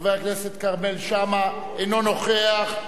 חבר הכנסת כרמל שאמה אינו נוכח.